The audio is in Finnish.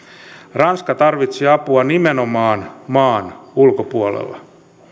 ranska tarvitsi apua nimenomaan maan ulkopuolella